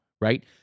Right